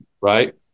Right